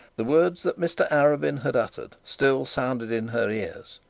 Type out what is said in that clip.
the words that mr arabin had uttered still sounded in her ears.